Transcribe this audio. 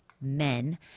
men